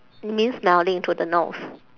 it means smelling through the nose